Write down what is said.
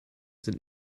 sind